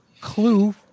clue